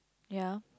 ya